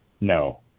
No